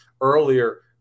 earlier